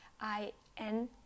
I-N